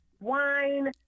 wine